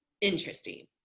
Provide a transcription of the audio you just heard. interesting